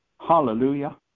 Hallelujah